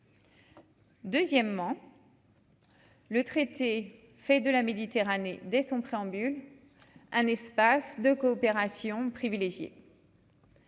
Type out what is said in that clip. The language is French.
Deuxièmement. Le traité fait de la Méditerranée dès son préambule, un espace de coopération privilégiée.